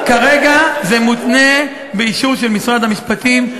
כרגע זה מותנה באישור של משרד המשפטים.